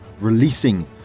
releasing